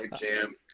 jam